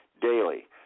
daily